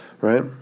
Right